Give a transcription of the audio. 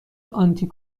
آنتی